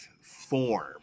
form